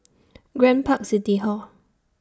Grand Park City Hall